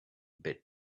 bit